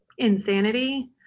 Insanity